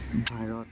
Bharat